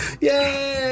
Yay